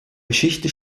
geschichte